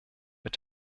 mit